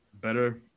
better